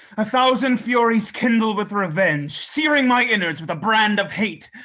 a thousand furies kindle with revenge, searing my inwards with a brand of hate.